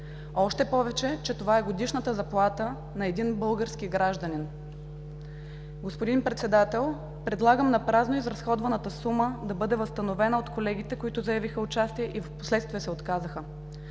Още повече, че това е годишната заплата на един български гражданин. Господин Председател, предлагам напразно изразходваната сума да бъде възстановена от колегите, които заявиха участие и впоследствие се отказаха.